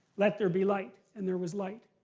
let there be light, and there was light.